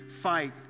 fight